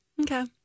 Okay